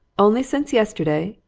only since yesterday!